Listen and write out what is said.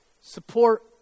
support